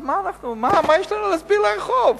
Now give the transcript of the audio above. אז מה יש לנו להסביר ברחוב?